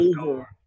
over